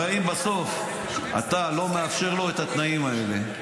הרי אם בסוף אתה לא מאפשר לו את התנאים האלה,